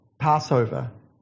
Passover